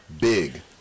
big